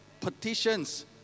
petitions